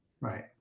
Right